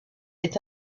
est